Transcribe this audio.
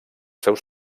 seus